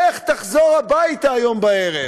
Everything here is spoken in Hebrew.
איך תחזור הביתה היום בערב